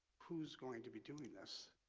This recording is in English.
who's going to be doing this?